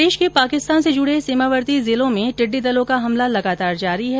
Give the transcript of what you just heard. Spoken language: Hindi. प्रदेश के पाकिस्तान से जुडे सीमावर्ती जिलों में टिडडी दलों का हमला लगातार जारी है